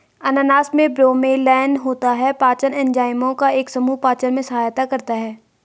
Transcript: अनानास में ब्रोमेलैन होता है, पाचन एंजाइमों का एक समूह पाचन में सहायता करता है